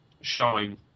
showing